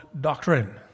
doctrine